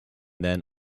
then